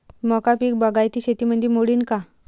मका पीक बागायती शेतीमंदी मोडीन का?